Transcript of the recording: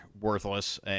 Worthless